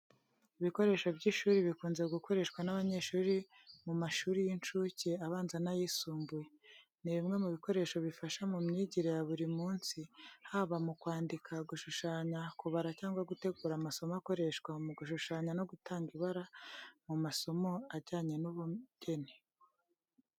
Ibikoresho by’ishuri bikunze gukoreshwa n’abanyeshuri mu mashuri y’inshuke, abanza n'ayisumbuye. Ni bimwe mu bikoresho bifasha mu myigire ya buri munsi, haba mu kwandika, gushushanya, kubara, cyangwa gutegura amasomo akoreshwa mu gushushanya no gutanga ibara mu masomo ajyanye n’ubugeni.